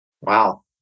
Wow